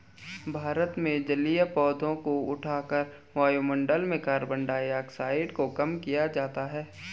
भारत में जलीय पौधों को उठाकर वायुमंडल में कार्बन डाइऑक्साइड को कम किया जाता है